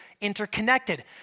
interconnected